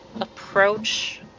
approach